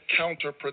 counterproductive